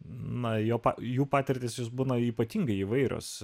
na jog jų patirtis jus būna ypatingai įvairios